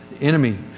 enemy